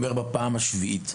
אומר כבר בפעם השביעית,